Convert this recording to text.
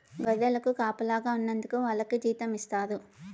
గొర్రెలకు కాపలాగా ఉన్నందుకు వాళ్లకి జీతం ఇస్తారు